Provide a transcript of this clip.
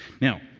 Now